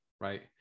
Right